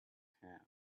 hand